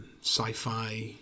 sci-fi